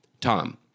Tom